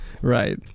Right